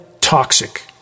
toxic